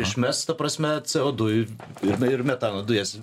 išmes tą prasme c o du ir ir metano dujas